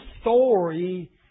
story